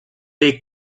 les